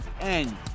end